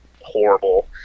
horrible